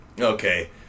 Okay